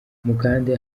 mukande